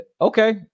okay